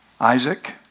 Isaac